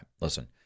listen